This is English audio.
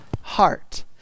heart